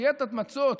דיאטת מצות.